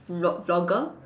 vlog~ vlogger